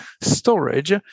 storage